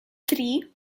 три